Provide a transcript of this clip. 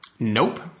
Nope